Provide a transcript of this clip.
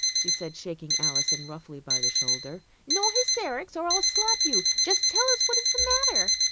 she said, shaking alison roughly by the shoulder. no hysterics, or i'll slap you. just tell us what is the matter.